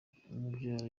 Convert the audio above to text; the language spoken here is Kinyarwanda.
umubyara